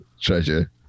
treasure